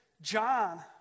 John